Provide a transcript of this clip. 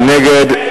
מי נגד?